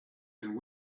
and